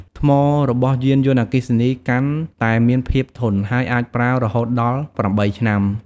ថ្មរបស់យានយន្តអគ្គីសនីកាន់តែមានភាពធន់ ហើយអាចប្រើរហូតដល់ 8 ឆ្នាំ។